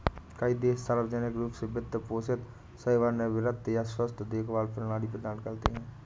कई देश सार्वजनिक रूप से वित्त पोषित सेवानिवृत्ति या स्वास्थ्य देखभाल प्रणाली प्रदान करते है